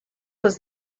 was